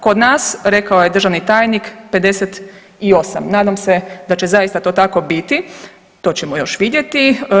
Kod nas rekao je državni tajnik 58, nadam se da će to zaista tako biti, to ćemo još vidjeti.